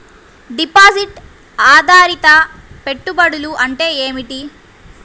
Deposit ఆధారిత పెట్టుబడులు అంటే ఏమిటి?